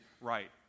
right